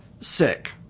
sick